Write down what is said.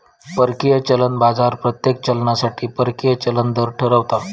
परकीय चलन बाजार प्रत्येक चलनासाठी परकीय चलन दर ठरवता